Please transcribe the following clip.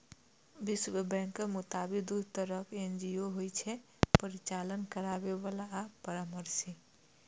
विश्व बैंकक मोताबिक, दू तरहक एन.जी.ओ होइ छै, परिचालन करैबला आ परामर्शी